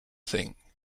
thing